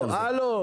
הלו,